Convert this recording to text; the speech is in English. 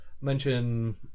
mention